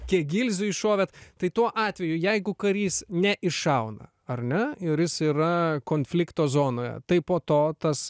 kiek gilzių iššovėt tai tuo atveju jeigu karys neiššauna ar ne ir jis yra konflikto zonoje tai po to tas